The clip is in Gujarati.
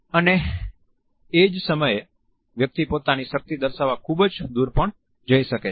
અને એજ સમયે વ્યક્તિ પોતાની શક્તિ દર્શાવવા ખુબ દુર પણ જઈ શકે છે